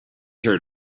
heard